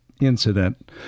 incident